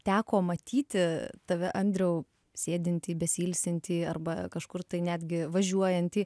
teko matyti tave andriau sėdintį besiilsintį arba kažkur tai netgi važiuojantį